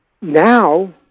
Now